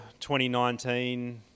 2019